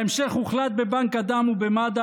בהמשך הוחלט בבנק הדם ובמד"א,